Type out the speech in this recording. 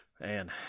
man